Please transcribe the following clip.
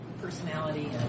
personality